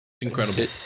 Incredible